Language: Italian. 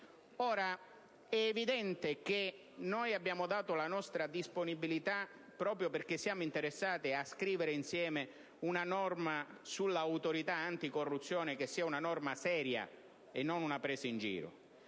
È evidente che abbiamo dato la nostra disponibilità proprio perché siamo interessati a scrivere insieme una norma sull'Autorità anticorruzione che sia seria, e non una presa in giro.